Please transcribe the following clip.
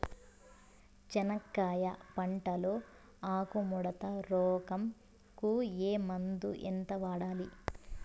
చెనక్కాయ పంట లో ఆకు ముడత రోగం కు ఏ మందు ఎంత వాడాలి?